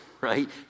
right